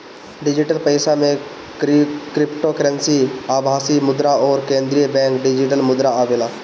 digital पईसा में cryptocurrency, आभासी मुद्रा अउरी केंद्रीय बैंक डिजिटल मुद्रा आवेला